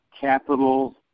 capital